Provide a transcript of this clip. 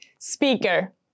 speaker